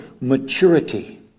maturity